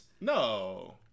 No